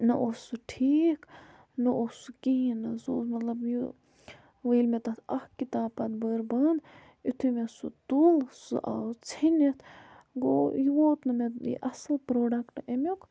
نہ اوس سُہ ٹھیٖک نہ اوس سُہ کِہیٖنۍ نہٕ سُہ اوس مطلب یہِ وَ ییٚلہِ مےٚ تَتھ اَکھ کِتاب پَتہٕ بٔر بنٛد یُتھُے مےٚ سُہ تُل سُہ آو ژیٚنِتھ گوٚو یہِ ووت نہٕ مےٚ یہِ اَصٕل پرٛوڈَکٹ اَمیُک